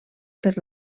per